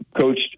Coach